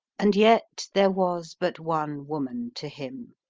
and yet there was but one woman to him,